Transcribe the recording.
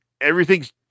everything's